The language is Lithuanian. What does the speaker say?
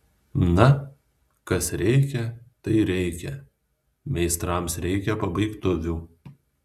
na kas reikia tai reikia meistrams reikia pabaigtuvių